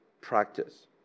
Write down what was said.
practice